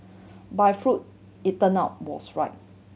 but if Freud it turned out was right